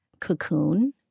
cocoon